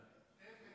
אדוני היושב-ראש,